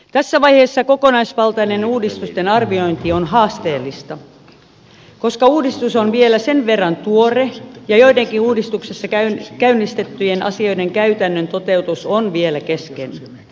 tässä vaiheessa kokonaisvaltainen uudistusten arviointi on haasteellista koska uudistus on vielä sen verran tuore ja joidenkin uudistuksessa käynnistettyjen asioiden käytännön toteutus on vielä kesken